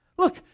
Look